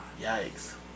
Yikes